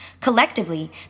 Collectively